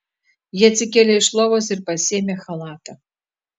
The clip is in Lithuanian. ji atsikėlė iš lovos ir pasiėmė chalatą